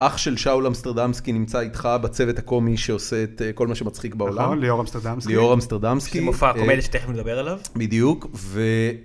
אח של שאול אמסטרדמסקי נמצא איתך בצוות הקומי שעושה את כל מה שמצחיק בעולם. נכון, ליאור אמסטרדמסקי. ליאור אמסטרדמסקי. שזה מופע הקומדיה שתיכף נדבר עליו. בדיוק, ו...